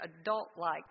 adult-like